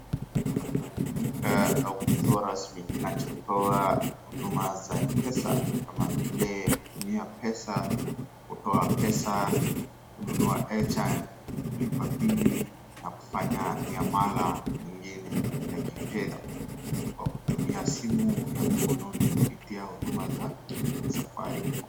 Hapa ni duka au kituo rasmi kinachotoa huduma za M-Pesa kama vile kutumia pesa, kutoa pesa, kununua airtime, kulipa bili na kufanya miamala mingine ya kifedha kwa kutumia simu ya mkononi kupitia huduma za Safaricom.